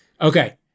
Okay